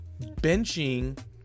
benching